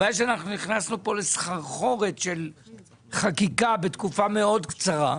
הבעיה היא שאנחנו נכנסנו לסחרחורת של חקיקה בתקופה מאוד קצרה,